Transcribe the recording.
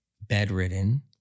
bedridden